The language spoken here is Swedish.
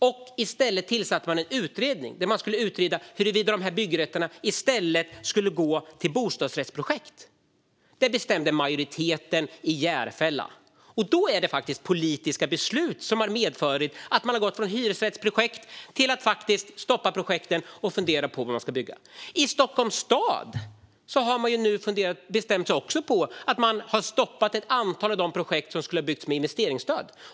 I stället tillsatte man en utredning för att utreda huruvida dessa byggrätter i stället skulle gå till bostadsrättsprojekt. Så bestämde majoriteten i Järfälla. Då är det politiska beslut som har medfört att man har gått från hyresrättsprojekt till att stoppa projekten och fundera på vad som ska byggas. I Stockholms stad har man också bestämt sig för att stoppa ett antal av de projekt som skulle ha byggts med investeringsstöd.